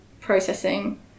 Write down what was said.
processing